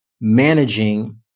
managing